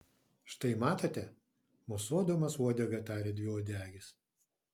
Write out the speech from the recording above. štai matote mosuodamas uodega tarė dviuodegis